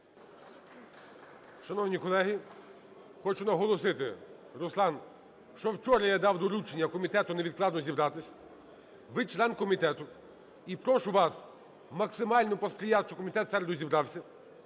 Шановні колеги, хочу наголосити, Руслан, що вчора я дав доручення комітету невідкладно зібратися. Ви – член комітету, і прошу вас максимально посприяти, щоб комітет в середу розібрався.